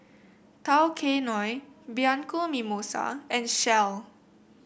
Tao Kae Noi Bianco Mimosa and Shell